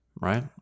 right